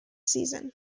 season